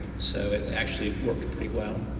so it actually worked pretty well.